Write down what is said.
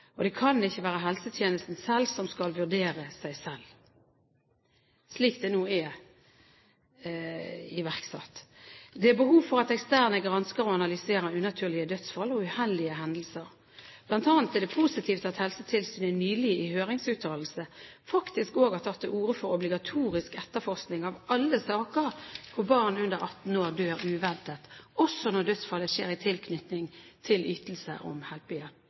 opp. Det kan ikke være helsetjenesten som skal vurdere seg selv, slik det nå ser ut. Det er behov for at eksterne gransker og analyserer unaturlige dødsfall og uheldige hendelser. Blant annet er det positivt at Helsetilsynet nylig i høringsuttalelse faktisk også har tatt til orde for obligatorisk etterforskning av alle saker hvor barn under 18 år dør uventet – også når dødsfallet skjer i tilknytning til